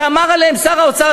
שאמר עליהן שר האוצר,